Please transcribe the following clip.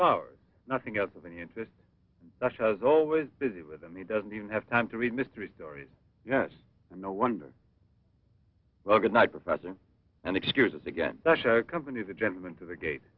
know nothing else of any interest that she was always busy with in the doesn't even have time to read mystery stories no wonder well good night professor and excuse again company the gentleman to the gate